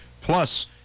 Plus